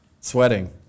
sweating